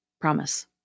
Promise